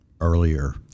earlier